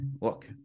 look